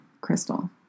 Crystal